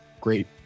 great